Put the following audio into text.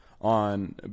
on